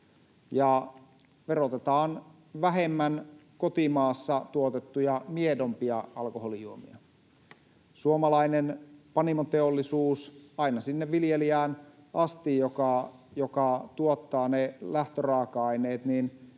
verotetaan vähemmän kotimaassa tuotettuja miedompia alkoholijuomia. Suomalainen panimoteollisuus aina sinne viljelijään asti, joka tuottaa ne lähtöraaka-aineet,